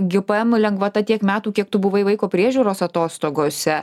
gpm lengvata tiek metų kiek tu buvai vaiko priežiūros atostogose